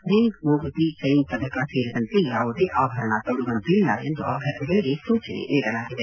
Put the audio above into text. ring ಮೂಗುತಿ chain ಪದಕ ಸೇರಿದಂತೆ ಯಾವುದೇ ಆಭರಣ ತೊಡುವಂತಿಲ್ಲ ಎಂದು ಅಭ್ಯರ್ಥಿಗಳಿಗೆ ಸೂಚನೆ ನೀಡಲಾಗಿದೆ